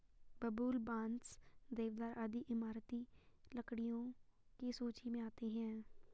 बबूल, बांस, देवदार आदि इमारती लकड़ियों की सूची मे आती है